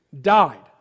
died